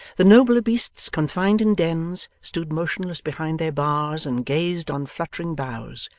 the nobler beasts confined in dens, stood motionless behind their bars and gazed on fluttering boughs,